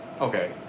Okay